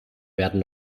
werden